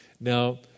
Now